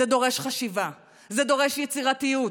זה דורש חשיבה, זה דורש יצירתיות.